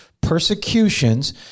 persecutions